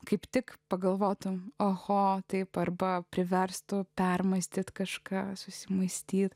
kaip tik pagalvotų oho taip arba priverstų permąstyti kažką susimąstyti